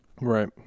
Right